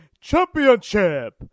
championship